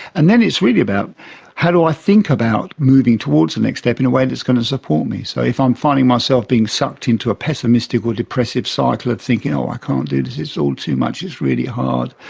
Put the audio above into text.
and then it's really about how do i think about moving towards the next step in a way that and is going to support me. so if i'm finding myself being sucked into a pessimistic or depressive cycle of thinking, oh, i can't do this, it's all too much, it's really hard,